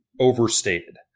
overstated